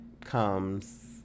comes